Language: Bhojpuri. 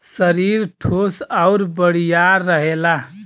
सरीर ठोस आउर बड़ियार रहेला